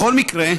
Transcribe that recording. בכל מקרה,